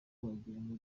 wagirango